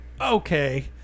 Okay